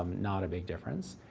um not a big difference.